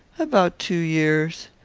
about two years.